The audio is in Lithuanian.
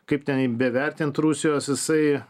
kaip ten bevertint rusijos jisai